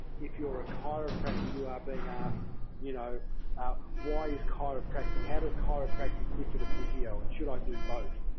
if you're a chiropractor, you are being asked you know why is chiropractic how does chiropractic differ to physio and should i do both?